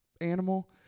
animal